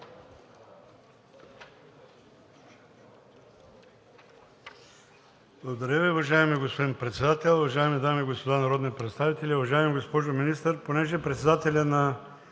Благодаря Ви, уважаеми господин Председател. Уважаеми дами и господа народни представители, уважаема госпожо Министър! Понеже председателят на